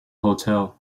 hotel